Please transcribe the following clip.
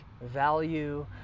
value